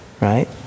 right